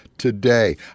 today